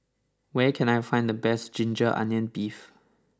where can I find the best Ginger Onions Beef